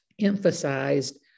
emphasized